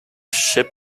ship